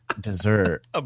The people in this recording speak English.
dessert